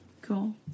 Cool